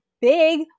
big